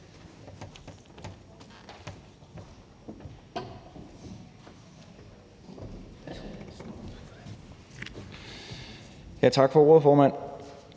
Tak for ordet, formand.